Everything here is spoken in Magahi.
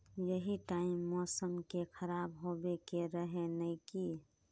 यही टाइम मौसम के खराब होबे के रहे नय की?